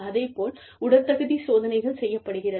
அதேபோல் உடற்தகுதி சோதனைகள் செய்யப்படுகிறது